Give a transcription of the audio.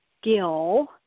skill